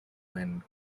when